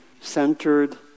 centered